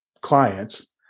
clients